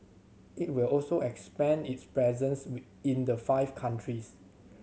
it will also expand its presence in the five countries